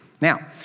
Now